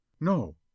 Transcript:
No